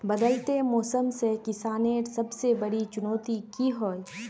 बदलते मौसम से किसानेर सबसे बड़ी चुनौती की होय?